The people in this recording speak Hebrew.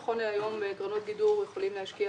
נכון להיום בקרנות גידור יכולים להשקיע